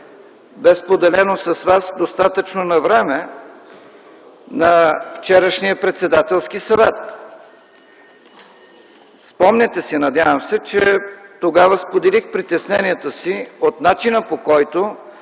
бе споделено с Вас достатъчно навреме на вчерашния Председателски съвет. Спомняте си, надявам се, че тогава споделих притесненията си от начина, по който